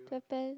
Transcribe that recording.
Japan